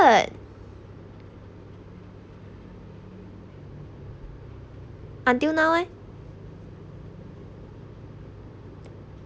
weird until now eh